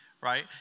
Right